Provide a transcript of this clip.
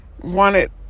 wanted